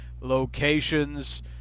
locations